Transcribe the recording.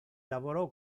lavorò